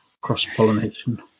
cross-pollination